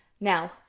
Now